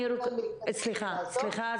סליחה,